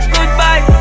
Goodbye